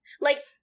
Like-